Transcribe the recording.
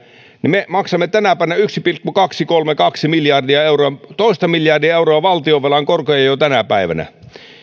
niin me maksamme jo tänä päivänä yksi pilkku kaksisataakolmekymmentäkaksi miljardia euroa toista miljardia euroa valtionvelan korkoja